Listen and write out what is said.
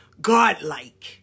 godlike